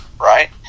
Right